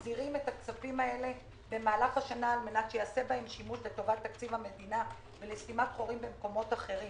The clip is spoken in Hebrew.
המרכזית לכנסת ה-24 ולשנת 2021. הבמה לרשותך.